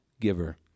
giver